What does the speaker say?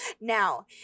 Now